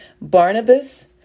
Barnabas